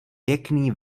pěkný